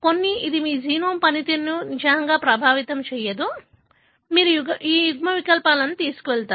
కొన్ని ఇది మీ జీనోమ్ పనితీరును నిజంగా ప్రభావితం చేయదు కాబట్టి మీరు ఈ యుగ్మవికల్పాలను తీసుకువెళతారు